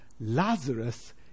Lazarus